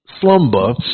slumber